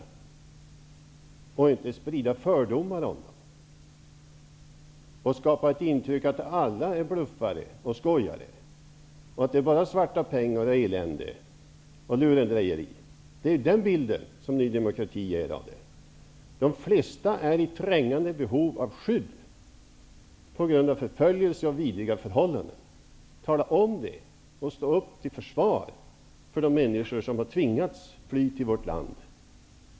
Man får inte sprida fördomar om dem och skapa ett intryck av att alla är bluffare och skojare, att det bara handlar om svarta pengar, elände och lurendrejeri. Det är den bilden Ny demokrati ger av det hela. De flesta är i trängande behov av skydd på grund av förföljelse och vidriga förhållanden. Tala om det och stå upp till försvar för de människor som har tvingats fly till vårt land!